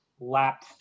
lap